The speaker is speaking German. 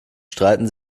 streiten